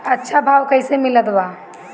अच्छा भाव कैसे मिलत बा?